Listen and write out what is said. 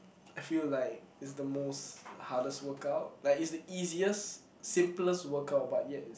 I feel like is the most hardest workout like it's the easiest simplest workout but yet